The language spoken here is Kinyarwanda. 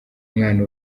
mwana